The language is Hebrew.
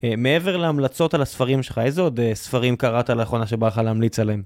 מעבר להמלצות על הספרים שלך, איזה עוד ספרים קראת לאחרונה שבא לך להמליץ עליהם?